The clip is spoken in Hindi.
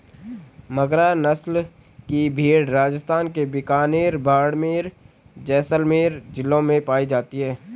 मगरा नस्ल की भेंड़ राजस्थान के बीकानेर, बाड़मेर, जैसलमेर जिलों में पाई जाती हैं